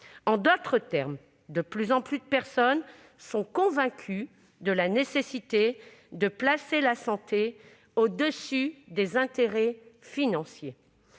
En d'autres termes, de plus en plus de personnes sont convaincues de la nécessité de placer la santé au-dessus des intérêts financiers.